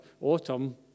autumn